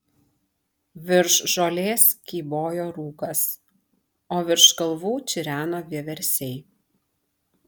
virš žolės kybojo rūkas o virš kalvų čireno vieversiai